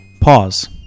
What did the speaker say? Pause